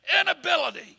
inability